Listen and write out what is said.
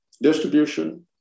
distribution